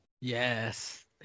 Yes